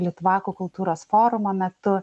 litvakų kultūros forumo metu